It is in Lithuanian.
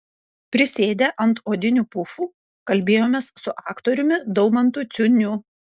prisėdę ant odinių pufų kalbėjomės su aktoriumi daumantu ciuniu